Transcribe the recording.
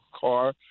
car